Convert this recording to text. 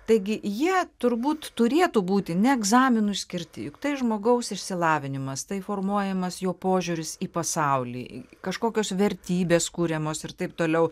taigi jie turbūt turėtų būti ne egzaminui skirti juk tai žmogaus išsilavinimas tai formuojamas jo požiūris į pasaulį kažkokios vertybės kuriamos ir taip toliau